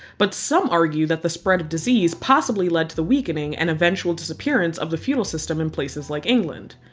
but some argue that the spread of disease possibly led to the weakening and eventual disappearance of the feudal system in places like england.